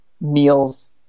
meals